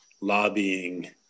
lobbying